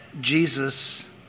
Jesus